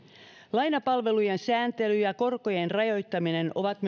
lainapalvelujen sääntely ja korkojen rajoittaminen ovat